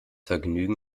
vergnügen